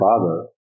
father